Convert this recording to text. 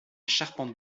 charpente